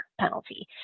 penalty